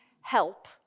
help